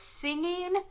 singing